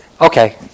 Okay